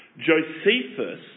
Josephus